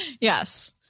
Yes